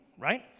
right